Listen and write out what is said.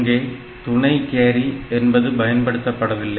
இங்கே துணை கேரி என்பது பயன்படுத்தப்படவில்லை